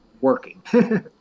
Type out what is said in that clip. working